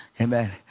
Amen